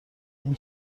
این